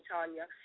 Tanya